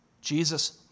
Jesus